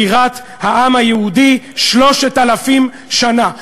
בירת העם היהודי 3,000 שנה.